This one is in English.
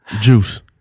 juice